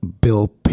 Bill